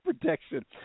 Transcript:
protection